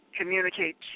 communicate